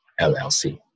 LLC